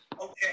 Okay